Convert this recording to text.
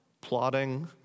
Plotting